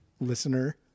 listener